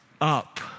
up